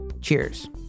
Cheers